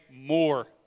more